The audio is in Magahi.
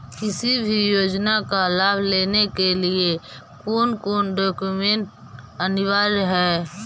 किसी भी योजना का लाभ लेने के लिए कोन कोन डॉक्यूमेंट अनिवार्य है?